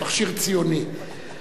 מכשיר ציוני.